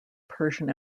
persian